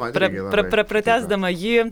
pra pra pratęsdama jį